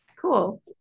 Cool